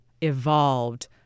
evolved